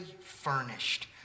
furnished